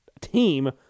team